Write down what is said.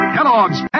Kellogg's